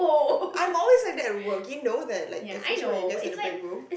I'm always like that at work you know that like especially when you guys at the break room